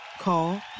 Call